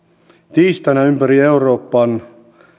tiistaina ympäri euroopan